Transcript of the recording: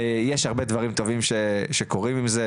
יש הרבה דברים טובים שקורים עם זה,